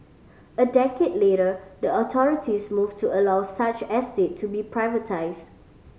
a decade later the authorities moved to allow such estate to be privatised